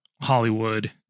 Hollywood